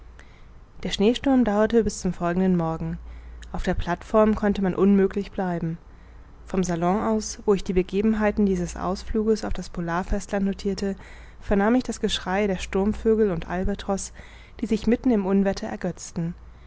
der schneesturm dauerte bis zum folgenden morgen auf der plateform konnte man unmöglich bleiben vom salon aus wo ich die begebenheiten dieses ausfluges auf das polar festland notirte vernahm ich das geschrei der sturmvögel und albatros die sich mitten im unwetter ergötzten